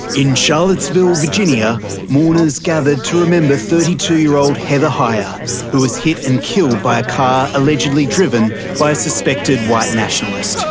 in charlottesville, virginia, mourners gathered to remember thirty two year old heather heyer who was hit and killed by a car, allegedly driven by a suspected white nationalist. so